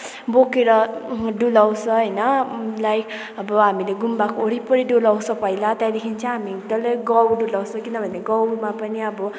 बोकेर डुलाउँछ होइन लाई अब हामीले गुम्बाको वरिपरि डुलाउँछ पहिला त्यहाँदेखि चाहिँ हामी डल्लै गाउँ डुलाउँछ किनभने गाउँमा पनि अब